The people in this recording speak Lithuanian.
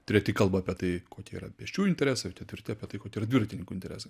treti kalba apie tai kokie yra pėsčiųjų interesai o ketvirti apie tai kokie yra dviratininkų interesai